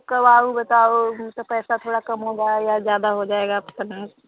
कब आऊँ बताओ नहीं तो पैसा थोड़ा कम होगा या ज्यादा हो जाएगा कितना